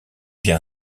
bien